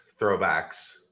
throwbacks